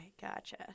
Gotcha